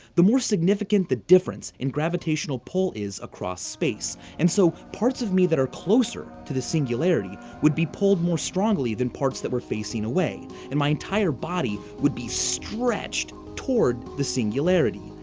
the more significant the difference in gravitational pull is across space. and, so, parts of me that are closer to the singularity would be pulled more strongly than parts that were facing away and my entire body would be stretched toward the singularity.